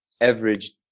average